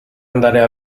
andare